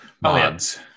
mods